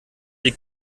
die